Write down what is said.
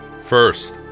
First